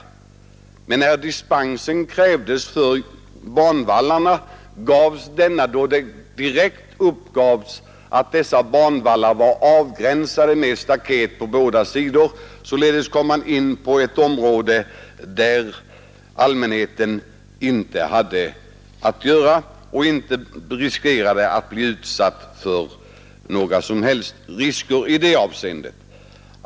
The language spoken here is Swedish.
När dispens krävdes för banvallarna gavs denna, då det direkt uppgavs att banvallarna var avgränsade med staket på bägge sidor. Det var således ett område där allmänheten inte hade att göra och människor därför inte riskerade att bli förgiftade.